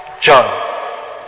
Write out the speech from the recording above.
John